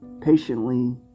patiently